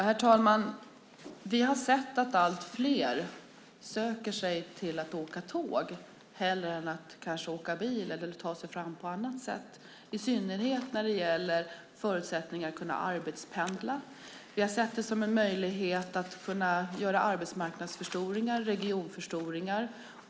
Herr talman! Vi har sett att allt fler söker sig till att åka tåg hellre än att kanske åka bil eller ta sig fram på annat sätt, i synnerhet när det gäller förutsättningar att arbetspendla. Vi har sett detta som en möjlighet att göra arbetsmarknadsförstoringar och regionförstoringar.